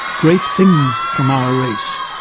great things from our race.